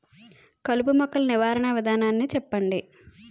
కలుపు మొక్కలు నివారణ విధానాన్ని చెప్పండి?